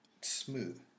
smooth